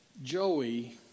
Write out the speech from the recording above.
Joey